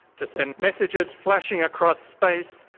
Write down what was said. to send messages flashing across space,